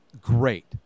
great